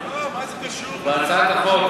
בהצעת החוק,